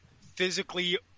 physically